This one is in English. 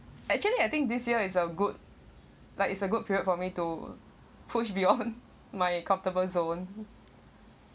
actually I think this year is a good like it's a good period for me to push beyond my comfortable zone